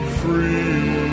free